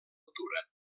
altura